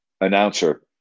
announcer